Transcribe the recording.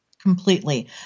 Completely